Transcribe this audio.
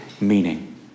meaning